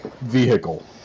vehicle